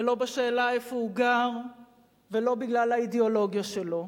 ולא בשאלה איפה הוא גר ולא בגלל האידיאולוגיה שלו.